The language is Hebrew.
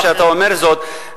שאתה אומר זאת,